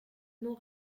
non